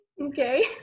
Okay